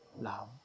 love